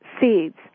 seeds